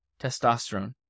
testosterone